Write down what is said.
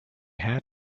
had